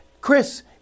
Chris